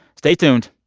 stay tuned.